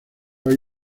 hay